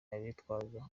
abitwaza